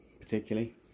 particularly